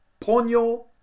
Ponyo